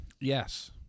Yes